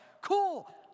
Cool